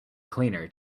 cleaner